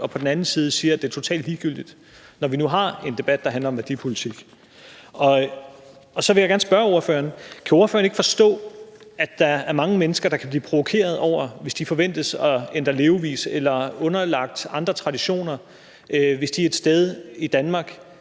og på den anden side siger, at det er totalt ligegyldigt, når vi nu har en debat, der handler om værdipolitik. Så vil jeg gerne spørge ordføreren om noget: Kan ordføreren ikke forstå, at der er mange mennesker, der kan blive provokeret af det, hvis de forventes at ændre levevis eller blive underlagt traditioner, hvis de et sted i Danmark